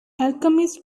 alchemist